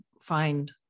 find